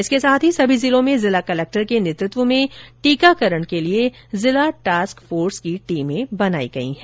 इसके साथ ही सभी जिलों में जिला कलेक्टर के नेतृत्व में टीकाकरण के लिए जिला टास्क फोर्स की टीमें बनाई गई हैं